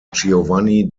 giovanni